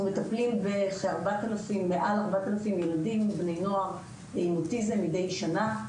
אנחנו מטפלים במעל 4,000 ילדים ובני נוער עם אוטיזם מדי שנה.